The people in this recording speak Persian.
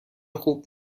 خوب